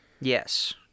yes